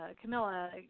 Camilla